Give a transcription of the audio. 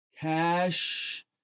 cash